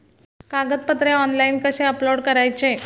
कागदपत्रे ऑनलाइन कसे अपलोड करायचे?